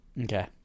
Okay